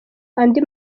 andi